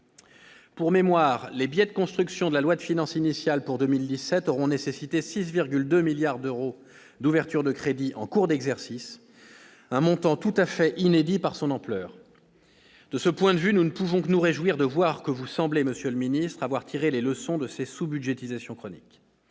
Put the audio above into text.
Pour mémoire, les biais de construction de la loi de finances initiale pour 2017 auront nécessité une ouverture de 6,2 milliards d'euros de crédits en cours d'exercice, un montant tout à fait inédit par son ampleur. De ce point de vue, nous ne pouvons que nous réjouir de voir que vous semblez avoir tiré les leçons de ces sous-budgétisations chroniques,